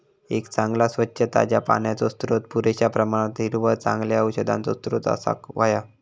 एक चांगला, स्वच्छ, ताज्या पाण्याचो स्त्रोत, पुरेश्या प्रमाणात हिरवळ, चांगल्या औषधांचो स्त्रोत असाक व्हया